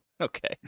Okay